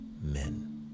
men